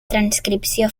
transcripció